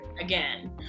again